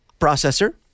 processor